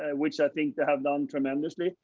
and which i think they have done tremendously,